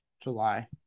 July